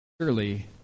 Surely